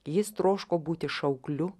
jis troško būti šaukliu